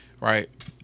right